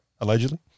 Allegedly